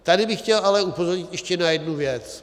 Tady bych chtěl ale upozornit ještě na jednu věc.